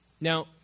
Now